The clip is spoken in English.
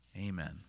Amen